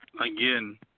again